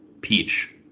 Peach